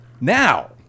Now